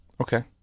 Okay